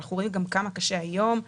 אנחנו רואים גם כמה קשה היום.